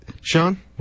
Sean